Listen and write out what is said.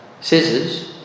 scissors